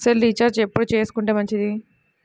Cell recharge ఎప్పుడు చేసుకొంటే మంచిది?